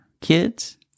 kids